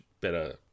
better